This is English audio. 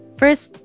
first